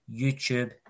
YouTube